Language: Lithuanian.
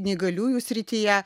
neįgaliųjų srityje